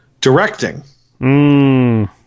Directing